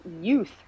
youth